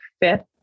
fifth